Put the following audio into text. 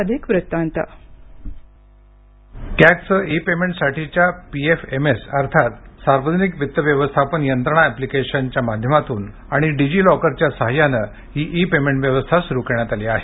अधिक वृत्तांत ध्वनी कॅगचं इ पेमेंटसाठीच्या पीएफएमएस अर्थात सार्वजनिक वित्त व्यवस्थापन यंत्रणा ऍप्लीकेशनच्या माध्यमातून आणि डिजी लॉकरच्या साहाय्यानं ही इ पेमेंट व्यवस्था सुरू करण्यात आली आहे